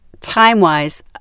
time-wise